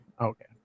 Okay